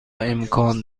امکان